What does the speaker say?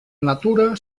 natura